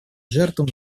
жертвам